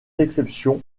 exceptions